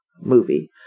movie